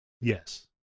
Yes